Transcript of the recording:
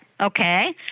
okay